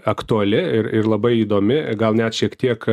aktuali ir ir labai įdomi gal net šiek tiek